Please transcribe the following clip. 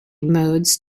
modes